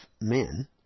men